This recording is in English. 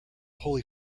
holy